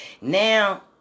now